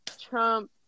Trump